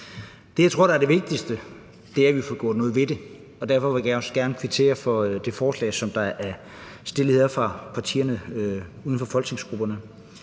Det, jeg tror er det vigtigste, er, at vi får gjort noget ved det. Derfor vil jeg også gerne kvittere for det forslag, som er fremsat her af medlemmerne uden for folketingsgrupperne.